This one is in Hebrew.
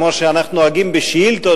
כמו שאנחנו נוהגים בשאילתות,